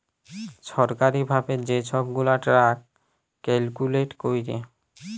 ছরকারি ভাবে যে ছব গুলা ট্যাক্স ক্যালকুলেট ক্যরে